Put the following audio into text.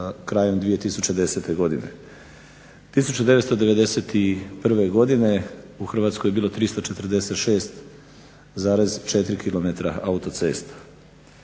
2010. godine. 1991. godine u Hrvatskoj je bilo 346,4 km autocesta.